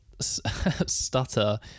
Stutter